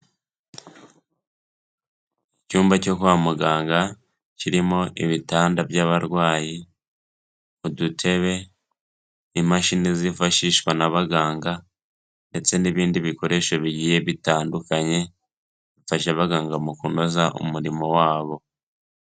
Icyumba cyo kwa muganga, kirimo ibitanda by'abarwayi, udutebe, imashini zifashishwa n'abaganga, ndetse n'ibindi bikoresho bigiye bitandukanye, bifasha abaganga mu kunoza umurimo wabo.